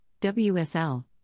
WSL